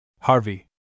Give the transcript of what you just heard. Harvey